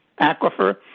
aquifer